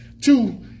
Two